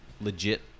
legit